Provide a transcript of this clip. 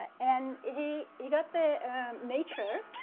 and he he got the nature.